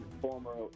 former